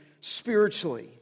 spiritually